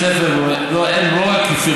אם מתקצבים בית ספר, הוא לא רק,